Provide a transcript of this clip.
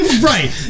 Right